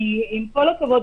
עם כל הכבוד,